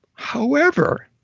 however,